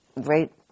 Great